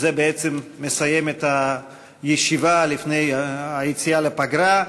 וזה בעצם מסיים את הישיבה לפני היציאה לפגרה.